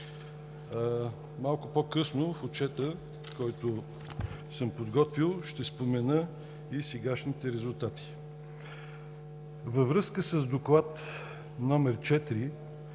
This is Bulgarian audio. Малко по-късно, в отчета, който съм подготвил, ще спомена и сегашните резултати. Във връзка с Доклад № 4